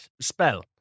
spell